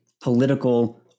political